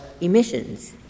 emissions